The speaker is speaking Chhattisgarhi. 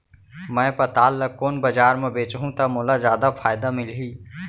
मैं पताल ल कोन बजार म बेचहुँ त मोला जादा फायदा मिलही?